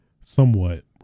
somewhat